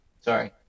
Sorry